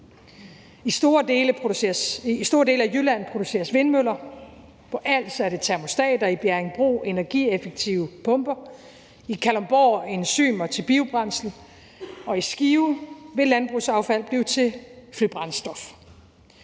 I store dele af Jylland produceres vindmøller; på Als er det termostater; i Bjerringbro er det energieffektive pumper; i Kalundborg er det enzymer til biobrændsel; og i Skive vil landbrugsaffald blive til flybrændstof.